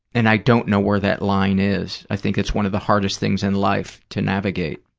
and i don't know where that line is. i think it's one of the hardest things in life to navigate.